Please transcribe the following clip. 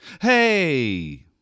Hey